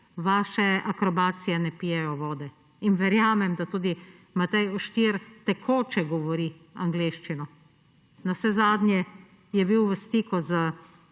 vaše akrobacije ne pijejo vode. Verjamem, da tudi Matej Oštir tekoče govori angleščino, navsezadnje je bil v stiku z